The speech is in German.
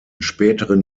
späteren